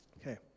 Okay